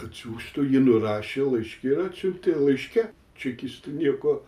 atsiųstų jį nurašė laiške ir atsiuntė laiške čekistai nieko